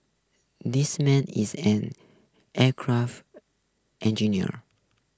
this man is an aircraft engineer